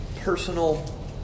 Personal